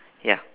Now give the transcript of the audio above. ya